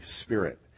Spirit